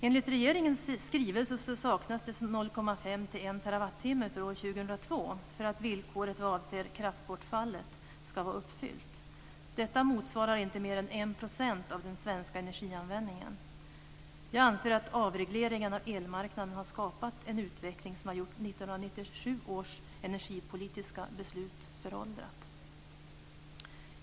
Enligt regeringens skrivelse saknas det 0,5-1 terawattimme år 2002 för att villkoret vad avser kraftbortfallet ska vara uppfyllt. Detta motsvarar inte mer än ca 1 % av den svenska elenergianvändningen. Jag anser att avregleringen av elmarknaden har skapat en utveckling som gjort 1997 års energipolitiska beslut föråldrat.